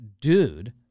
dude